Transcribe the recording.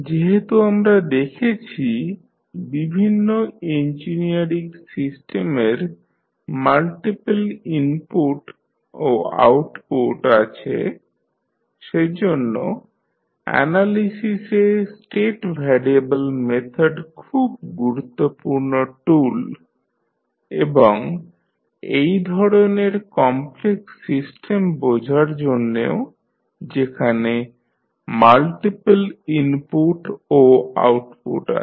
যেহেতু আমরা দেখেছি বিভিন্ন ইঞ্জিনিয়ারিং সিস্টেমের মাল্টিপল ইনপুট ও আউটপুট আছে সেজন্য অ্যানালিসিসে স্টেট ভ্যারিয়েবল মেথড খুব গুরুত্বপূর্ণ টুল এবং এইধরনের কমপ্লেক্স সিস্টেম বোঝার জন্যেও যেখানে মাল্টিপল ইনপুট ও আউটপুট আছে